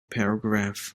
paragraph